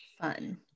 Fun